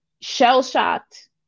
shell-shocked